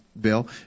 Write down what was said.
Bill